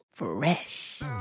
Fresh